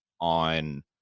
on